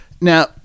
Now